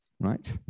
right